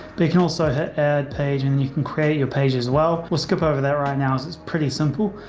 they can also add page and you can create your page as well. we'll skip over that right now is is pretty simple.